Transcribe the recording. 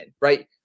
right